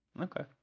Okay